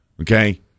Okay